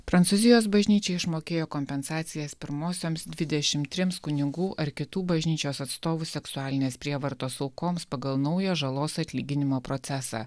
prancūzijos bažnyčia išmokėjo kompensacijas pirmosioms dvidešimt trims kunigų ar kitų bažnyčios atstovų seksualinės prievartos aukoms pagal naują žalos atlyginimo procesą